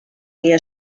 guia